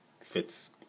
fits